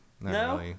No